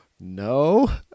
No